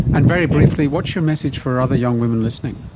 and, very briefly, what's your message for other young women listening?